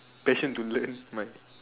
passion to learn